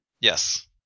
Yes